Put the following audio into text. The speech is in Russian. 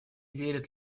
верят